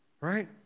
right